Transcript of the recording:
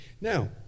Now